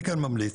אני כאן ממליץ